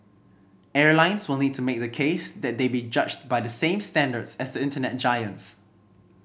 airlines will need to make the case that they be judged by the same standards as the Internet giants